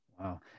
Wow